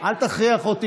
אל תתחכם.